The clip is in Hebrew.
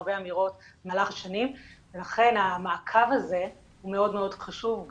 הרבה אמירות במהלך השנים ולכן המעקב הזה הוא מאוד מאוד חשוב,